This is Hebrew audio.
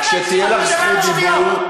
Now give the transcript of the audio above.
חלאס.